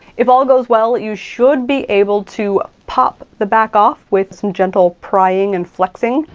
if all goes well, you should be able to pop the back off with some gentle prying and flexing.